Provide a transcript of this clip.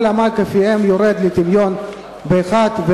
כל עמל כפיהם יורד לטמיון באחת,